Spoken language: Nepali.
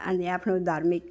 अनि आफ्नो धार्मिक